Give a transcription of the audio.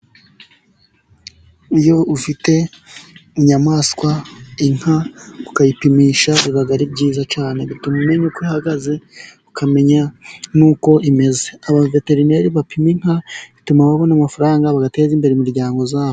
Iyo ufite inyamaswa, inka, ukayipimisha, biba ari byiza cyane. Bituma umenya uko ihagaze, ukamenya n'uko imeze. Abaveterineri bapima inka, bituma babona amafaranga, bagateza imbere imiryango yabo.